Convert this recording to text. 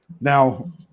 now